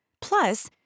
Plus